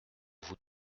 vous